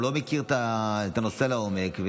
הוא לא מכיר את הנושא לעומק,